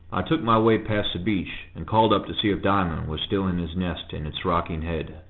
i took my way past the beech, and called up to see if diamond were still in his nest in its rocking head.